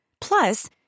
Plus